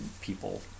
people